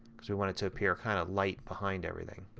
because we want it to appear kind of light behind everything